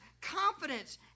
confidence